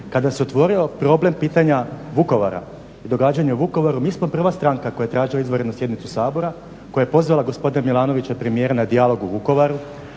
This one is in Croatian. Kada se otvorio problem pitanja Vukovara i događanja u Vukovaru mi smo prva stranka koja je tražila izvanrednu sjednicu Sabora, koja je pozvala gospodina Milanovića, premijera na dijalog u Vukovaru,